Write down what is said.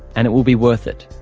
and it will be worth it.